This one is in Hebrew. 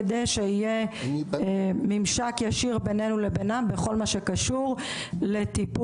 כדי שיהיה ממשק ישיר בינינו לבינם בכל מה שקשור לטיפול